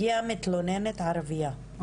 אם מגיעה מתלוננת ערבייה,